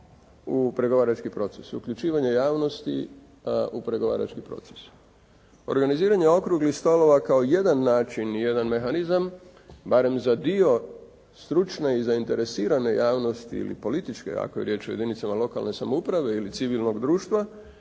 u pregovarački proces, uključivanje javnosti u pregovarački proces. Organiziranje okruglih stolova kao jedan način i jedan mehanizma, barem za dio stručne i zainteresirane javnosti ili političke, ako je riječ o jedinicama lokalne samouprave ili civilnog društva